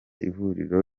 ihuriro